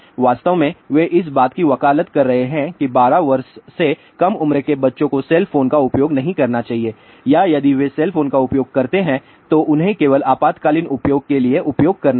वास्तव में वे इस बात की वकालत कर रहे हैं कि 12 वर्ष से कम उम्र के बच्चों को सेल फोन का उपयोग नहीं करना चाहिए या यदि वे सेल फोन का उपयोग करते हैं तो उन्हें केवल आपातकालीन उपयोग के लिए उपयोग करना चाहिए